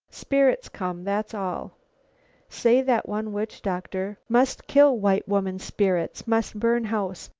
spirits come that's all say that one witch-doctor, must kill white woman spirits must burn house.